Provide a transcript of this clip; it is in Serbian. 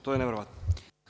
To je neverovatno.